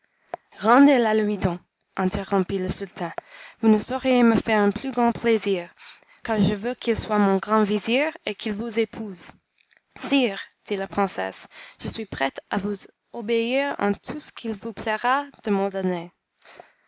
interrompit le sultan vous ne sauriez me faire un plus grand plaisir car je veux qu'il soit mon grand vizir et qu'il vous épouse sire dit la princesse je suis prête à vous obéir en tout ce qu'il vous plaira de